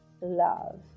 love